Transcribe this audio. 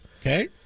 Okay